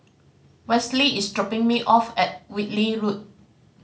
Westley is dropping me off at Whitley Road